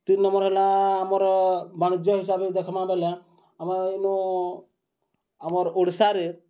ତିନ୍ ନମ୍ବର୍ ହେଲା ଆମର ବାଣିଜ୍ୟ ହିସାବେ ଦେଖ୍ମା ବେଲେ ଆମେ ଇନୁ ଆମର୍ ଓଡ଼ିଶାରେ